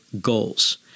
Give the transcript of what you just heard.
goals